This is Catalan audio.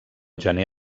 gener